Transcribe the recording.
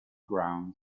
ground